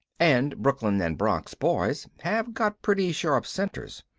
and brooklyn and bronx boys have got pretty sharp scenters.